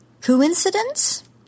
Coincidence